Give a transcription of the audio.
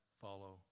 follow